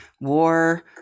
war